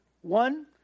one